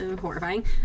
horrifying